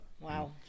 Wow